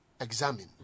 examine